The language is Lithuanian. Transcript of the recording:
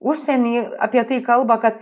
užsieny apie tai kalba kad